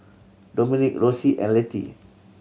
Dominic Rossie and Letty